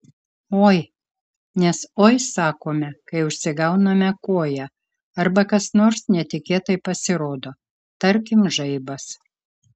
oi nes oi sakome kai užsigauname koją arba kas nors netikėtai pasirodo tarkim žaibas